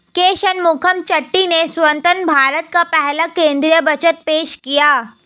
के शनमुखम चेट्टी ने स्वतंत्र भारत का पहला केंद्रीय बजट पेश किया